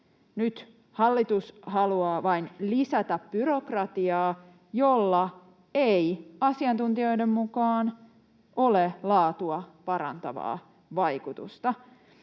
Nyt hallitus haluaa vain lisätä byrokra-tiaa, jolla ei asiantuntijoiden mukaan ole laatua parantavaa vaikutusta.